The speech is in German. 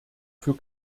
für